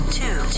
two